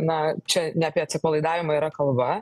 na čia ne apie atsipalaidavimą yra kalba